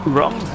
Wrong